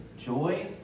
joy